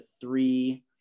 three